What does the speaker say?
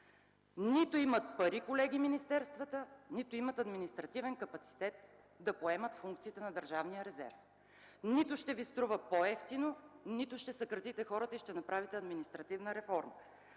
резерв. Колеги, министерствата нито имат пари, нито административен капацитет, за да поемат функциите на държавния резерв. Нито ще Ви струва по-евтино, нито ще съкратите хората и ще направите административна реформа.